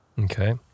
Okay